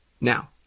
Now